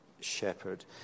shepherd